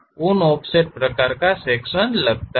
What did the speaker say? उन ऑफसेट प्रकार का सेक्शन लगता है